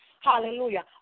hallelujah